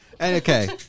Okay